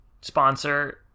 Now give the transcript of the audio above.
sponsor